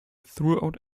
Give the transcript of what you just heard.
throughout